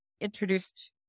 introduced